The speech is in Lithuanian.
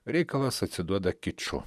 reikalas atsiduoda kiču